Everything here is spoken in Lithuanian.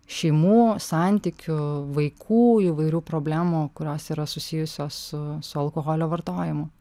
šeimų santykių vaikų įvairių problemų kurios yra susijusios su su alkoholio vartojimu